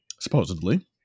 Supposedly